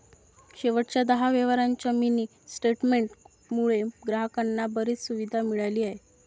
शेवटच्या दहा व्यवहारांच्या मिनी स्टेटमेंट मुळे ग्राहकांना बरीच सुविधा मिळाली आहे